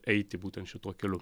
eiti būtent šituo keliu